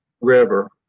river